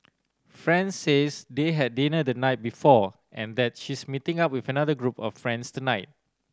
friend says they had dinner the night before and that she's meeting up with another group of friends tonight